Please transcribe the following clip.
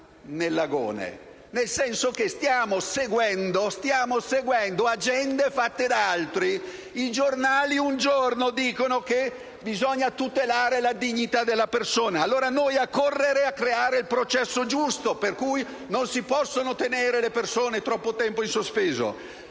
nel senso che stiamo seguendo agende dettate da altri. I giornali un giorno dicono che bisogna tutelare la dignità della persona e noi corriamo a creare il processo giusto, per cui non si possono tenere le persone troppo tempo in sospeso.